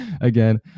again